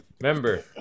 remember